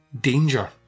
danger